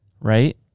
right